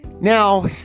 now